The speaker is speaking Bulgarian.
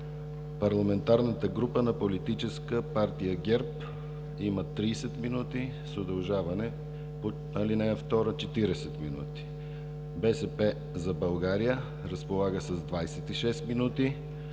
Парламентарната група на Политическа партия ГЕРБ има 30 минути, с удължаване по ал. 2 – 40 минути; "БСП за България" разполага с 26 минути,